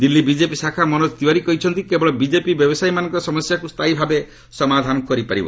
Delhi BJP ଶାଖା ମନୋଜ ତିୱାରୀ କହିଛନ୍ତି କେବଳ ବିଜେପି ବ୍ୟବସାୟୀମାନଙ୍କର ସମସ୍ୟାକୁ ସ୍ଥାୟୀ ଭାବେ ସମାଧାନ କରିପାରିବ